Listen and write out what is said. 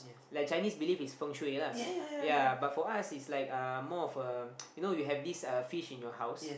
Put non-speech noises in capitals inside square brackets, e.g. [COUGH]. like Chinese believe is feng-shui lah ya but for us is like uh more of a [NOISE] you know you have this fish in your house